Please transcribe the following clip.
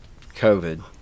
covid